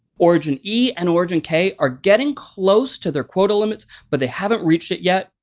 origin e and origin k are getting close to their quota limits, but they haven't reached it yet.